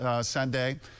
Sunday